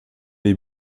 les